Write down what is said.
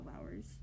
hours